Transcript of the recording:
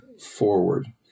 forward